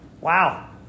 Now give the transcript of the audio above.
Wow